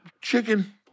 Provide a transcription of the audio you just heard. chicken